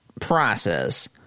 process